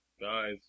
Guys